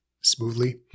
smoothly